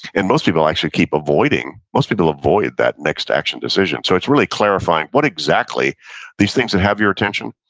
and most people actually keep avoiding, most people avoid that next action decision. so it's really clarifying what exactly these things that have your attention,